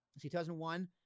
2001